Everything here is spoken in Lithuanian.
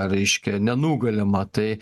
reiškia nenugalimą tai